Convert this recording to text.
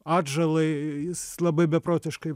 atžalai jis labai beprotiškai